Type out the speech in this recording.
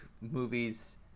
movies